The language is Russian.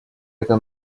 эта